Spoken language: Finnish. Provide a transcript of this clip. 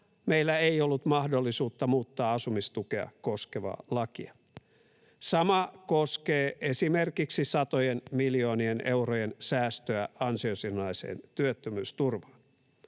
meillä ei ollut mahdollisuutta muuttaa asumistukea koskevaa lakia. Sama koskee esimerkiksi satojen miljoonien eurojen säästöä ansiosidonnaiseen työttömyysturvaan.